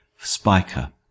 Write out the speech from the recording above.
Spiker